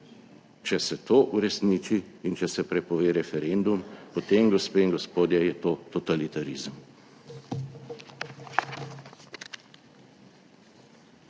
Če se to uresniči in če se prepove referendum, potem, gospe in gospodje, je to totalitarizem.